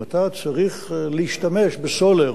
אם אתה צריך להשתמש בסולר